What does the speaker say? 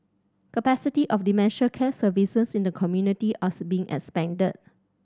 capacity of dementia care services in the community are being expanded